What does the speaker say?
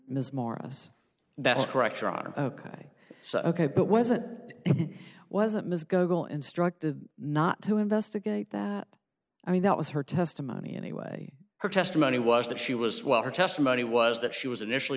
so ok but wasn't wasn't ms gogel instructed not to investigate that i mean that was her testimony anyway her testimony was that she was well her testimony was that she was initially